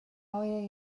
oer